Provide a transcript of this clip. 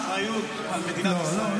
חוסר האחריות על מדינת ישראל.